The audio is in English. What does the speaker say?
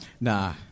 Nah